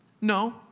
No